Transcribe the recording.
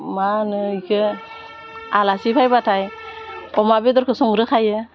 मा होनो बेखो आलासि फैबाथाय अमा बेदरखौ संग्रोखायो